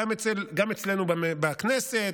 גם אצלנו בכנסת,